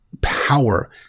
power